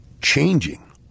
changing